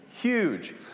Huge